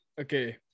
Okay